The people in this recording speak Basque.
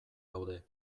daude